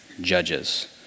judges